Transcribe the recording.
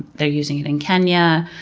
they're using it in kenya.